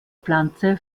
pflanze